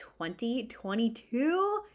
2022